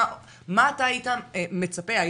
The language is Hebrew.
מה אתה הייתה מצפה,